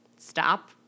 stop